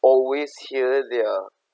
always hear their